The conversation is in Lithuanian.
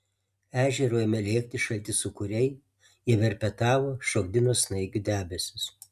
ežeru ėmė lėkti šalti sūkuriai jie verpetavo šokdino snaigių debesis